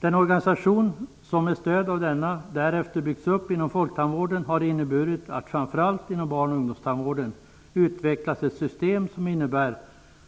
Den organisation som med stöd av denna därefter byggts upp inom folktandvården har inneburit att framför allt inom barn och ungdomstandvården utvecklats ett system som innebär